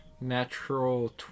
Natural